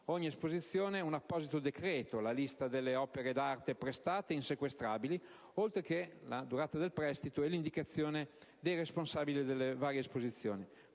ogni esposizione, con apposito decreto, la lista delle opere d'arte prestate ed insequestrabili, oltre la durata del prestito e l'indicazione dei responsabili delle esposizioni.